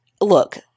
look